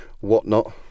whatnot